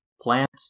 Plant